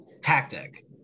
tactic